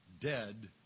dead